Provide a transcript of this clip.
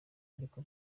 ariko